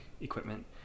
equipment